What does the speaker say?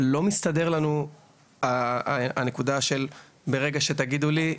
לא מסתדר לנו הנקודה של ברגע שתגידו לי,